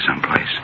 someplace